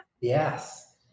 Yes